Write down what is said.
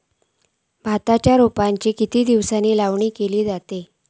भाताच्या रोपांची कितके दिसांनी लावणी केली जाता?